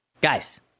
Guys